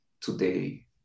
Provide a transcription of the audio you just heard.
today